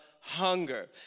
hunger